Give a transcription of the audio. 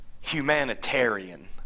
humanitarian